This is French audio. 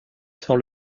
sur